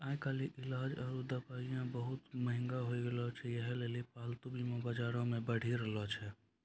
आइ काल्हि इलाज आरु दबाइयै बहुते मंहगा होय गैलो छै यहे लेली पालतू बीमा बजारो मे बढ़ि रहलो छै